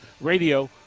Radio